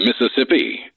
Mississippi